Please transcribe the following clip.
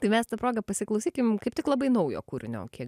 tai mes ta proga pasiklausykim kaip tik labai naujo kūrinio kiek